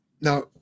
Now